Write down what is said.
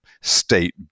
state